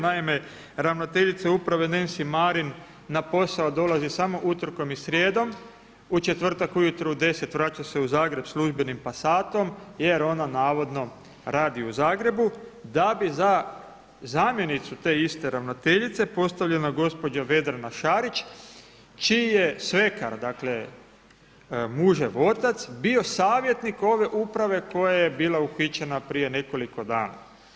Naime, ravnateljica uprave Nensi Marin na posao dolazi samo utorkom i srijedom u četvrtak ujutro u deset vraća se u Zagreb službenim Pasatom jer ona navodno radi u Zagrebu, da bi za zamjenicu te iste ravnateljice postavljena gospođa Vedrana Šarić, čiji je svekar dakle mužev otac, bio savjetnik ove uprave koja je bila uhićena prije nekoliko dana.